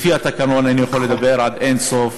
לפי התקנון אני יכול לדבר עד אין-סוף,